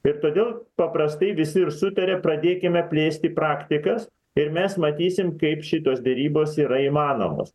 ir todėl paprastai visi ir sutaria pradėkime plėsti praktikas ir mes matysim kaip šitos derybos yra įmanomos